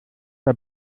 der